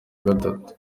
gatatu